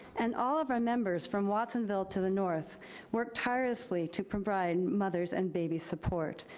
and all of our members from watsonville to the north worked tirelessly to provide mothers and babies support.